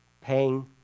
paying